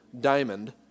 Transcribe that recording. diamond